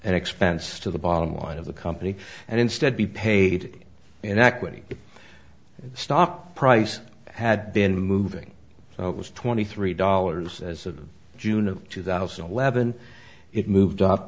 an expense to the bottom line of the company and instead be paid in equity the stock price had been moving so it was twenty three dollars as of june of two thousand and eleven it moved up